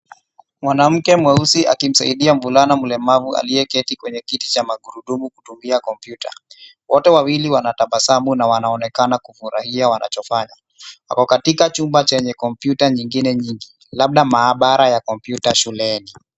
Mwanamke mweusi akimsaidia mvulana mlemavu aliyeketi kwenye kiti cha magurudumu kutumia kompyuta. Wote wawili wanatabasamu na wanaonekana kufurahia wanachofanya. Wako katika chumba chenye kompyuta nyingine nyingi, labda maabara ya kompyuta shuleni.